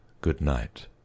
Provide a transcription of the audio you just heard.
good-night